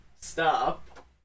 Stop